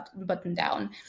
button-down